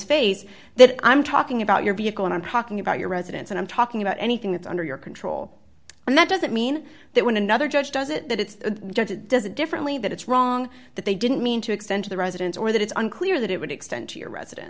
face that i'm talking about your vehicle and i'm talking about your residence and i'm talking about anything that's under your control and that doesn't mean that when another judge does it that it's does it differently that it's wrong that they didn't mean to extend to the residents or that it's unclear that it would extend to residence